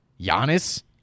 Giannis